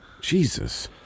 Jesus